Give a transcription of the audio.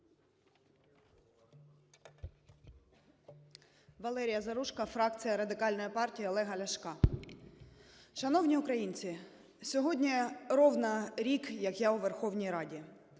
Валерія Заружко, фракція Радикальної партії Олега Ляшка. Шановні українці, сьогодні рівно рік, як я у Верховній Раді.